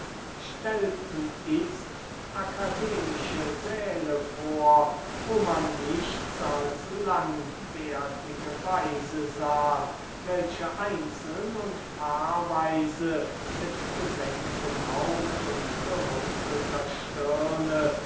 stellten itzt akademische säle vor wo man nichts als langbärtige weise sah welche einzeln oder paarweise mit gesenktem haupt und gerunzelter stirne